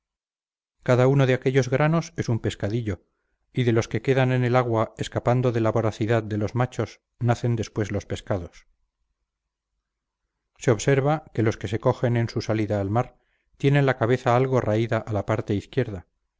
cada uno de aquellos granos es un pescadillo y de los que quedan en el agua escapando de la voracidad de los machos nacen después los pescados se observa que los que se cogen en su salida al mar tienen la cabeza algo raída a la parte izquierda